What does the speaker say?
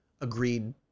agreed